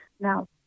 Now